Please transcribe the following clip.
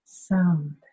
Sound